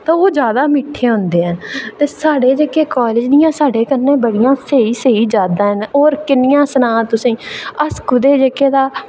ते ओह् जादा मिट्ठे होंदे न ते साढ़े जेह्के कॉलेज़ दियां साढ़ियां जेह्कियां ते स्हेई जेह्ड़ियां यादां न ओह् किन्नियां सनांऽ तुसेंगी